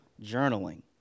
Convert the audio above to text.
Journaling